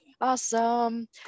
Awesome